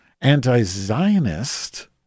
anti-Zionist